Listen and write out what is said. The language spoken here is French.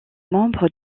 membre